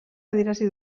adierazi